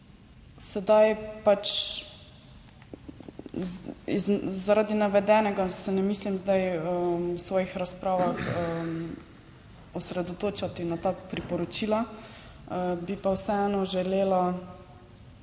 spoštovati. Zaradi navedenega se ne mislim zdaj v svojih razpravah osredotočati na ta priporočila, bi pa vseeno želela